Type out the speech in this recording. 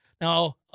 Now